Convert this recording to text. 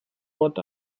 what